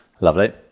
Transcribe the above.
lovely